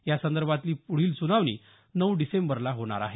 यासंदर्भातली पुढची सुनावणी नऊ डिसेंबरला होणार आहे